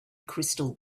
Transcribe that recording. crystal